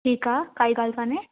ठीकु आहे काई ॻाल्हि कोन्हे